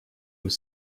aux